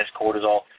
cortisol